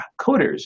coders